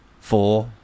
four